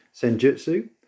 Senjutsu